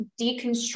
deconstruct